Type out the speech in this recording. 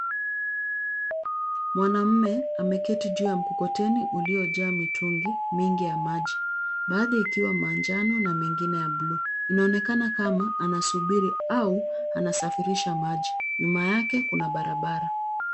Mwanaume ameketi juu ya mkokoteni uliojaa mitungi mingi ya maji, baadhi yakiwa manjano na mengine ya blue [css]. Inaonekana kama anasubiri au anasafirisha maji. Nyuma yake kuna barabara.